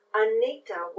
anita